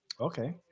Okay